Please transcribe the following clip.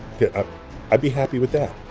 i'd be happy with that.